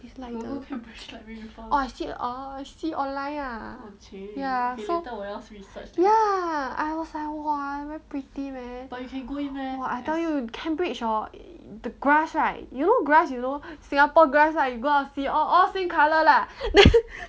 it's like err oh I see online ah ya so ya I was like !wah! very pretty man !wah! I tell you cambridge hor the grass right you know grass you know singapore grass right you got out see all all same color lah then